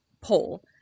poll